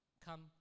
come